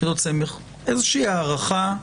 יחידות סמך איזושהי הערכה,